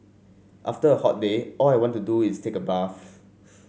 after a hot day all I want to do is take a bath